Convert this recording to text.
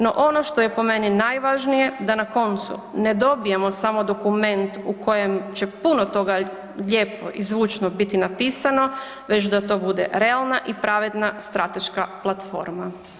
No ono što je po meni najvažnije, da na koncu ne dobijemo samo dokument u kojem će puno toga lijepo i zvučno biti napisano već da to bude realna i pravedna strateška platforma.